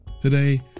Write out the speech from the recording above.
today